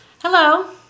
Hello